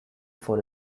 for